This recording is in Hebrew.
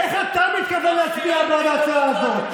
איך אתה מתכוון להצביע בעד ההצעה הזאת,